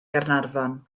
gaernarfon